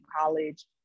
college